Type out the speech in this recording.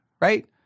Right